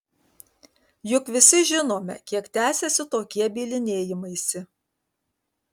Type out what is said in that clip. juk visi žinome kiek tęsiasi tokie bylinėjimaisi